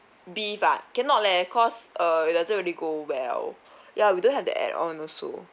beef ah cannot leh cause uh it doesn't really go well ya we don't have the add on also